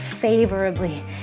favorably